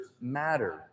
matter